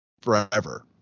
forever